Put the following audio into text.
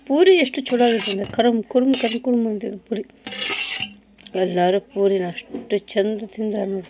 ಪೂರಿ ಎಷ್ಟು ಛಲೋ ಆಗೈತಿ ಅಂದ್ರೆ ಕರಮ್ ಕುರುಮ್ ಕರಮ್ ಕುರುಮ್ ಅಂತಿದ್ವು ಪುರಿ ಎಲ್ಲಾದ್ರೂ ಪೂರಿನ ಅಷ್ಟು ಚೆಂದ ತಿಂದಾರ ನೋಡಿರಿ